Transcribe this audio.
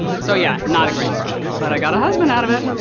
so yeah, not a great product. but i got a husband out of it.